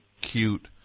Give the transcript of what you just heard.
cute